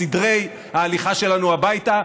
בסדרי ההליכה שלנו הביתה.